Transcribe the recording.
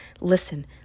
listen